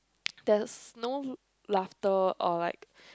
there's no laughter or like